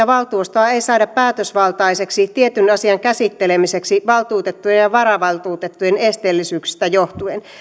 valtuustoa ei saada päätösvaltaiseksi tietyn asian käsittelemiseksi valtuutettujen ja varavaltuutettujen esteellisyyksistä johtuen